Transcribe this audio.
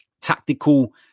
Tactical